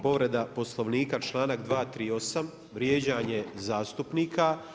Povreda Poslovnika članak 238. vrijeđanje zastupnika.